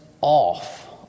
off